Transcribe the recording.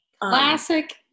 Classic